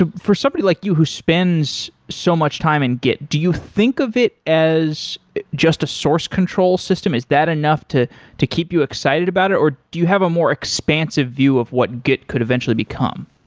for somebody like you who spends so much time in git, do you think of it as just a source control system? is that enough to to keep you excited about it, or do you have a more expansive view of what git could eventually become?